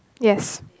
yes